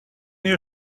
you